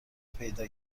پیدا